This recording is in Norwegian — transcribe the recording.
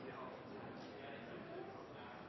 vi har fått